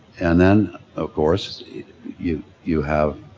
and then of course you you have